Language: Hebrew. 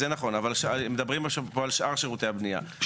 אבל מדובר פה בשאר שירותי הבנייה,